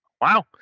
Wow